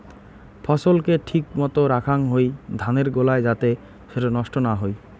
ফছল কে ঠিক মতো রাখাং হই ধানের গোলায় যাতে সেটো নষ্ট না হই